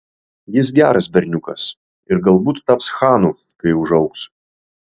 jis geras berniukas ir galbūt taps chanu kai užaugs